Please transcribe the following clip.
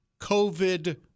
COVID